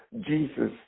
Jesus